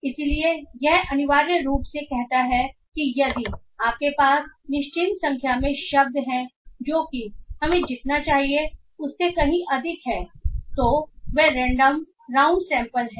इसलिए यह अनिवार्य रूप से कहता है कि यदि आपके पास निश्चित संख्या में शब्द हैं जो कि हमें जितना चाहिए उससे कहीं अधिक है तो वे रेंडम राउंड सैंपल हैं